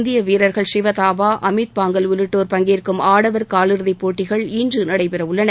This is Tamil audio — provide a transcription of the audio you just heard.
இந்திய வீரர்கள் சிவதாபா அமீத் பாங்கல் உள்ளிட்டோர் பங்கேற்கும் ஆடவர் காலிறுதிப் போட்டிகள் இன்று நடைபெறவுள்ளன